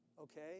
okay